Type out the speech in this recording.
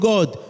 God